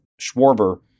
Schwarber